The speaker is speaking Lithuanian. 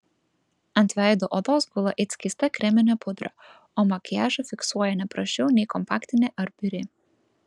ant veido odos gula it skysta kreminė pudra o makiažą fiksuoja ne prasčiau nei kompaktinė ar biri